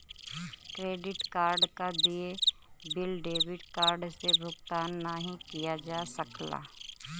credit card क देय bill debit card से भुगतान नाहीं किया जा सकला